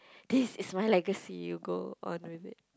this is my legacy you go on with it